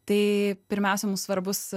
tai pirmiausia mums svarbus